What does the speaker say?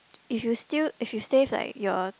if you still if you save like your